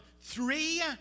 Three